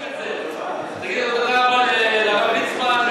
תגידו תודה רבה לרב ליצמן,